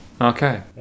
Okay